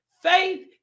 Faith